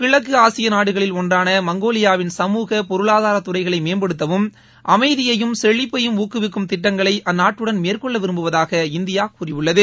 கிழக்கு ஆசிய நாடுகளில் ஒன்றான மங்கோலியாவின் சமூக பொருளாதார துறைகளை மேம்படுத்தவும் அமைதியையும் செழிப்பையும் ஊக்குவிக்கும் திட்டங்களை அந்நாட்டுடன் மேற்கொள்ள விரும்புவதாக இந்தியா கூறியுள்ளது